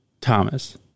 Thomas